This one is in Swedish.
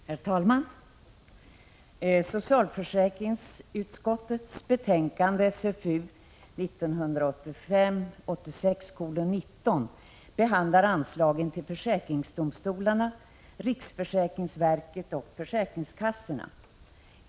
Herr talman! Socialförsäkringsutskottets betänkande 1985/86:19 behandlar anslagen till försäkringsdomstolarna, riksförsäkringsverket och försäkringskassorna.